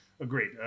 agreed